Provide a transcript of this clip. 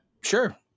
Sure